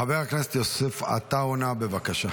חבר הכנסת יוסף עטאונה, בבקשה.